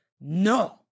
No